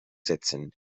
setzen